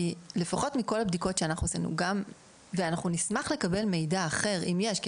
כי לפחות מכל הבדיקות שאנחנו עשינו ואנחנו נשמח לקבל מידע אחר אם יש,